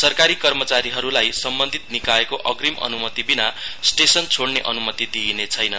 सरकारी कर्मचारीहरूलाई सम्बन्धित निकायको अग्रिम अन्मति बिना स्टेशन छोड़्ने अन्मति दिइनेछैन